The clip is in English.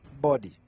body